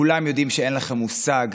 כולם יודעים שאין לכם מושג,